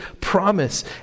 promise